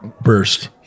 burst